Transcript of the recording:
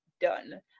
done